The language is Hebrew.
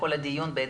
לכל הדיון בעצם,